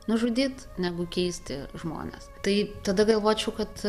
nužudyt negu keisti žmones tai tada galvočiau kad